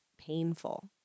painful